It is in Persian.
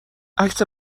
عکس